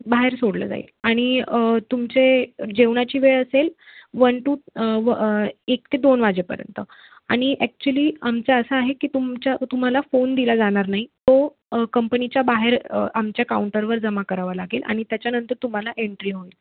बाहेर सोडलं जाईल आणि तुमची जेवणाची वेळ असेल वन टू व एक ते दोन वाजेपर्यंत आणि ॲक्च्युली आमच्या असं आहे की तुमच्या तुम्हाला फोन दिला जाणार नाही तो कंपनीच्या बाहेर आमच्या काउंटरवर जमा करावा लागेल आणि त्याच्यानंतर तुम्हाला एंट्री होईल